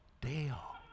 Dale